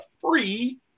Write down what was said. free